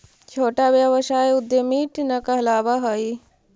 छोटा व्यवसाय उद्यमीट न कहलावऽ हई